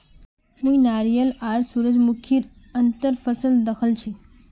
मुई नारियल आर सूरजमुखीर अंतर फसल दखल छी